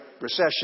Recession